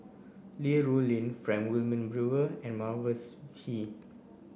Li Rulin Frank Wilmin Brewer and Mavis Pee